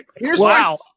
Wow